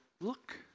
look